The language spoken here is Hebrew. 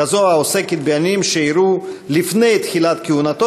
כזו העוסקת באירועים שאירעו לפני תחילת כהונתו